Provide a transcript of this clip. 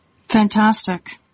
fantastic